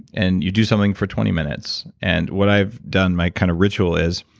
and you do something for twenty minutes. and what i've done, my kind of ritual is,